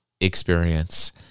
experience